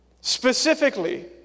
Specifically